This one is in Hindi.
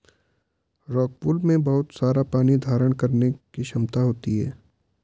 रॉकवूल में बहुत सारा पानी धारण करने की क्षमता होती है